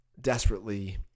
desperately